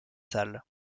salle